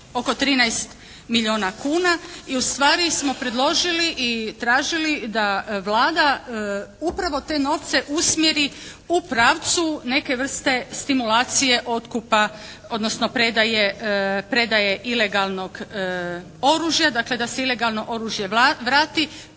milijuna kuna i ustvari smo predložili i tražili da Vlada upravo te novce usmjeri u pravcu neke vrste stimulacije otkupa odnosno predaje ilegalnog oružja, dakle da se ilegalno oružje vrati.